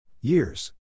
Years